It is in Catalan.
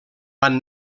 van